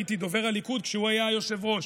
הייתי דובר הליכוד כשהוא היה היושב-ראש,